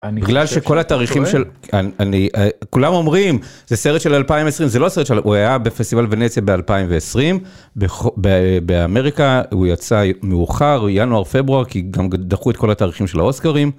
בגלל שכל התאריכים של, אני, כולם אומרים זה סרט של 2020, זה לא סרט, הוא היה בפסטיבל ונציה ב-2020, באמריקה, הוא יצא מאוחר, ינואר, פברואר, כי גם דחו את כל התאריכים של האוסקרים.